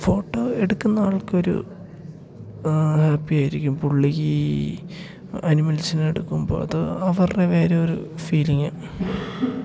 photo എടുക്കുന്ന ആൾക്കൊരു ഹാപ്പിയായിരിക്കും പുള്ളിക്ക് ആനിമൽസിനെ എടുക്കുമ്പോൾ അത് അവരുടെ വേറൊരു ഫീലിങ്ങാണ്